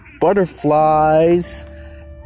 Butterflies